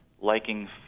liking